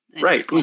Right